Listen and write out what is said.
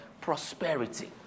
Prosperity